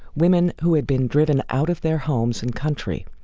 women who had been driven out of their homes and country,